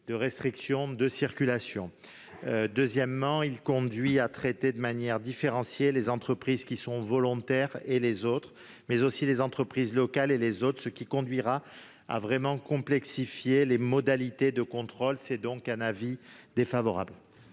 de restrictions de circulation. En second lieu, il tend à traiter de manière différenciée les entreprises qui sont volontaires et les autres, mais aussi les entreprises locales et les autres, ce qui conduira à complexifier les modalités de contrôle. L'avis est donc défavorable.